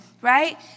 right